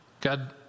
God